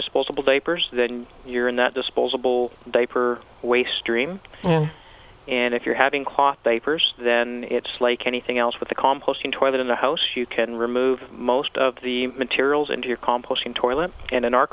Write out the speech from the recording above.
disposable diapers then you're in that disposable diaper waste stream and if you're having caught they first then it's like anything else with the composting toilet in the house you can remove most of the materials into your composting toilet and in our